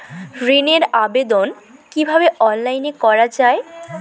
ঋনের আবেদন কিভাবে অনলাইনে করা যায়?